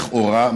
לכאורה,